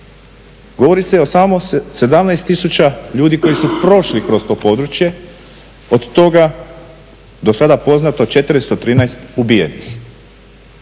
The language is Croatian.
Govori se o samo 17 tisuća ljudi koji su prošli kroz to područje. Od toga do sada poznato 413 ubijenih